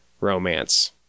romance